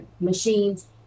machines